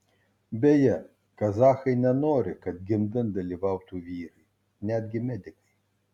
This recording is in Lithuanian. beje kazachai nenori kad gimdant dalyvautų vyrai netgi medikai